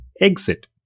exit